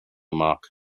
mark